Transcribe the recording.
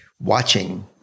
watching